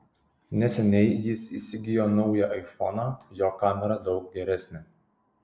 neseniai jis įsigijo naują aifoną jo kamera daug geresnė